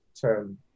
term